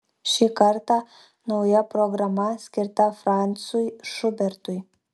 šį kartą nauja programa skirta francui šubertui